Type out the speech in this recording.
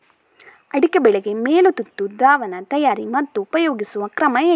ಅಡಿಕೆ ಬೆಳೆಗೆ ಮೈಲುತುತ್ತು ದ್ರಾವಣ ತಯಾರಿ ಮತ್ತು ಉಪಯೋಗಿಸುವ ಕ್ರಮ ಹೇಗೆ?